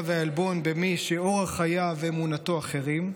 והעלבון במי שאורח חייו ואמונתו אחרים,